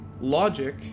logic